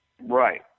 right